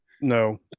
no